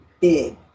big